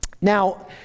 Now